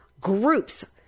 groups